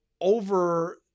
over